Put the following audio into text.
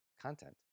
content